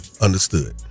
Understood